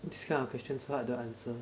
this kind of question so hard to answer